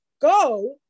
go